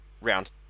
round